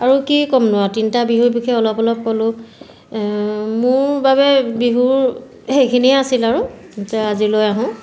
আৰু কি ক'মনো আৰু তিনিটা বিহুৰ বিষয়ে অলপ অলপ ক'লোঁ মোৰ বাবে বিহুৰ সেইখিনিয়ে আছিল আৰু যে আজিলৈ আহোঁ